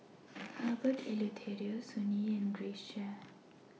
Herbert Eleuterio Sun Yee and Grace Chia